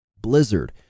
Blizzard